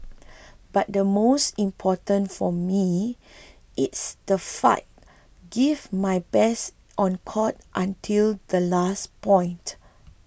but the most important for me it's to fight give my best on court until the last point